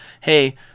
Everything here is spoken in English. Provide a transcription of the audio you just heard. Hey